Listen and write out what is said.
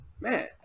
man